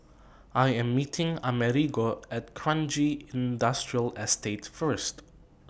I Am meeting Amerigo At Kranji Industrial Estate First